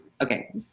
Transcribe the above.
okay